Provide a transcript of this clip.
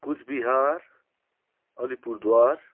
Cooch Behar Alipurduar